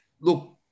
Look